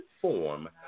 form